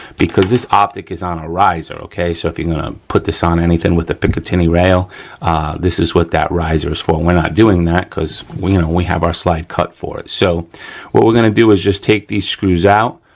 because this optic is on a riser, okay, so if you're gonna put this on anything with a picatinny rail this is what that riser is for. we're not doing that cause we know we have our slide cut for it so what we're gonna do is just take these screws out,